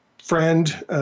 friend